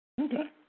Okay